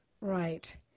right